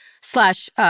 slash